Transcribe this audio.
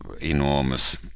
enormous